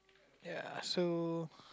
ya so